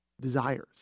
desires